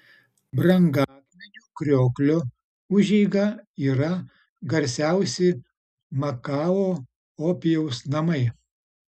brangakmenių krioklio užeiga yra garsiausi makao opijaus namai